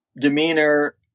demeanor